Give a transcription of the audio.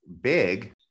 big